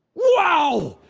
wow!